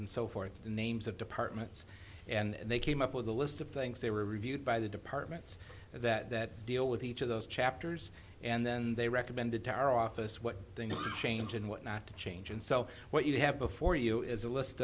and so forth of the names of departments and they came up with a list of things they were reviewed by the departments that deal with each of those chapters and then they recommended to our office what things can change and what not to change and so what you have before you is a list